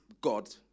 God